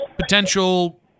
potential